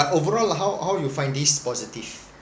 but overall how how you find these positive